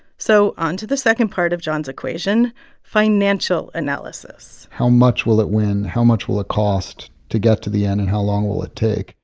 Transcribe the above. so on to the second part of jon's equation financial analysis how much will it win? how much will it cost to get to the end, and how long will it take?